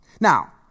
Now